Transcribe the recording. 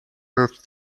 worth